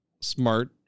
smart